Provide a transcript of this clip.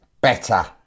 better